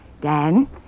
Dan